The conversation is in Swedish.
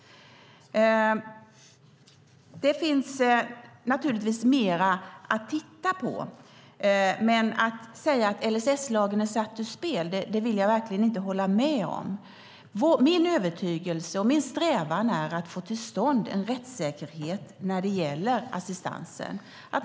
Det finns naturligtvis mer att titta på. Men att LSS är satt ur spel vill jag verkligen inte hålla med om. Min strävan - detta är min övertygelse - är att få till stånd en rättssäkerhet när det gäller assistansen.